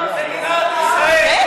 זאת מדינת ישראל.